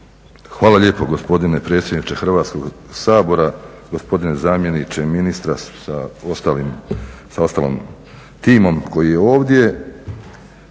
Hvala lijepo gospodine predsjedniče Hrvatskog sabora. Gospodine zamjeniče ministra sa ostalim timom koji je ovdje.